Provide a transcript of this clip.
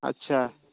اچھا